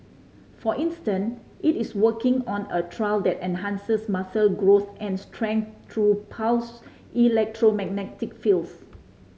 for instance it is working on a trial that enhances muscle growth and strength through pulsed electromagnetic fields